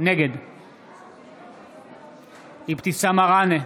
נגד אבתיסאם מראענה,